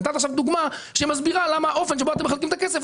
נתת עכשיו דוגמה שמסבירה למה האופן שבו אתם מחלקים את הכסף,